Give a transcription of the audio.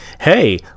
hey